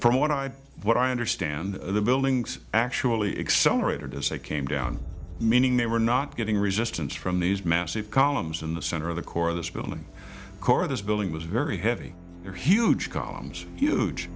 from what i what i understand the buildings actually exonerated as they came down meaning they were not getting resistance from these massive columns in the center of the core of this building core this building was very heavy your huge columns huge